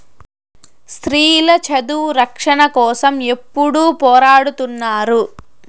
స్త్రీల చదువు రక్షణ కోసం ఎప్పుడూ పోరాడుతున్నారు